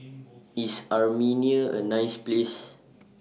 IS Armenia A nice Place